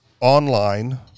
online